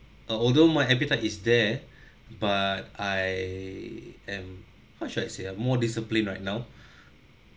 uh although my appetite is there but I am how should I say ah more discipline right now